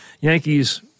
Yankees